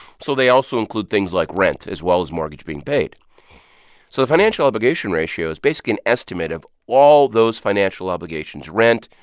so they also include things like rent, as well as mortgage being paid so the financial obligation ratio is basically an estimate of all those financial obligations rent,